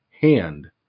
hand